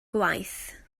gwaith